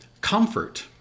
comfort